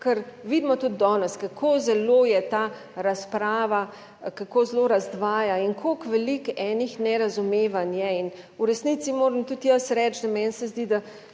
ker vidimo tudi danes, kako zelo je ta razprava, kako zelo razdvaja in kako veliko enih nerazumevanj je in v resnici moram tudi jaz reči, da meni se zdi,